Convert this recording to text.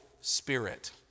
spirit